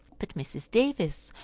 but, mrs. davis,